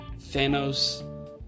Thanos